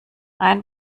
ein